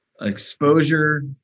exposure